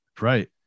Right